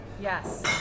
Yes